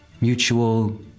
mutual